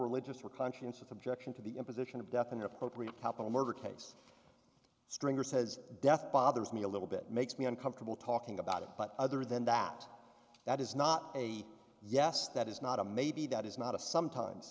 religious or conscience objection to the imposition of death in the appropriate capital murder case stringer says death bothers me a little bit makes me uncomfortable talking about it but other than that that is not a yes that is not a maybe that is not a sometimes